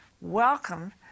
welcome